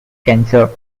cancer